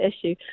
issue